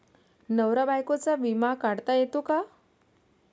नवरा बायकोचा विमा काढता येतो का?